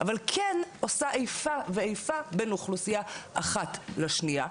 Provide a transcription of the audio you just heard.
אבל כן עושה איפה ואיפה בין אוכלוסייה אחת לשנייה,